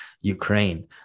Ukraine